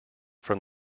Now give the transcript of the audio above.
from